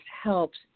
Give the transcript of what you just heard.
helps